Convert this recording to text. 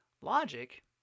Logic